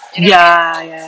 ya